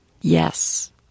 Yes